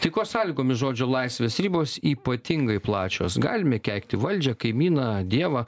taikos sąlygomis žodžio laisvės ribos ypatingai plačios galime keikti valdžią kaimyną dievą